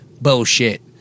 Bullshit